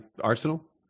Arsenal